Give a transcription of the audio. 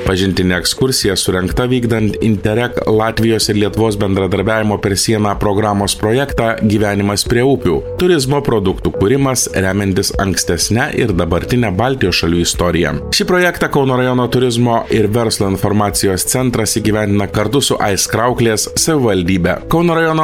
pažintinė ekskursija surengta vykdant intereg latvijos ir lietuvos bendradarbiavimo per sieną programos projektą gyvenimas prie upių turizmo produktų kūrimas remiantis ankstesne ir dabartine baltijos šalių istorija šį projektą kauno rajono turizmo ir verslo informacijos centras įgyvendina kartu su aizkrauklės savivaldybe kauno rajono